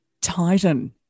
Titan